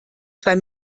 zwei